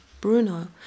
Bruno